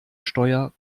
steuer